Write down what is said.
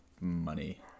money